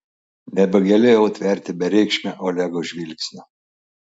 nebegalėjau tverti bereikšmio olego žvilgsnio